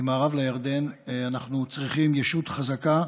ממערב לירדן, אנחנו צריכים ישות חזקה,